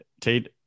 Tate